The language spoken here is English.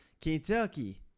Kentucky